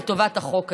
לטובת החוק הזה.